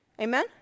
Amen